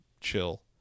chill